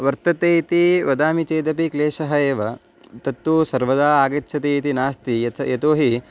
वर्तते इति वदामि चेदपि क्लेशः एव तत्तु सर्वदा आगच्छति इति नास्ति यत् यतो हि